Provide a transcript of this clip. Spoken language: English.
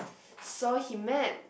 so he met